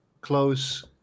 close